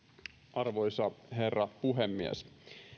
arvoisa herra puhemies